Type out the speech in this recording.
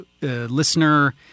listener